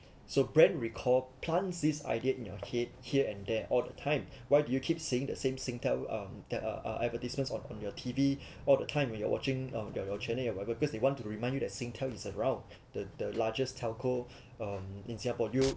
so brand recall plants these ideas in your head here and there all the time why do you keep saying the same Singtel um that are uh advertisements on on your T_V all the time when you're watching um your your channel your whatever because they want to remind you that Singtel is around the the largest telco um in singapore you